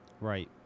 Right